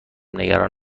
نگران